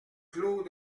clos